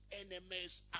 enemies